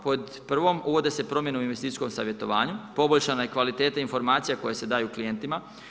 Pod prvom, uvode se promjene u investicijskom savjetovanju, poboljšana je kvaliteta informacija koje se daju klijentima.